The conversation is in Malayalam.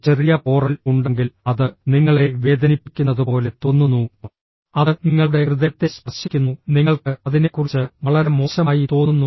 ഒരു ചെറിയ പോറൽ ഉണ്ടെങ്കിൽ അത് നിങ്ങളെ വേദനിപ്പിക്കുന്നതുപോലെ തോന്നുന്നു അത് നിങ്ങളുടെ ഹൃദയത്തെ സ്പർശിക്കുന്നു നിങ്ങൾക്ക് അതിനെക്കുറിച്ച് വളരെ മോശമായി തോന്നുന്നു